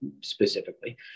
specifically